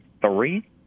three